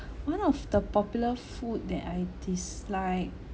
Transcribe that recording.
one of the popular food that I dislike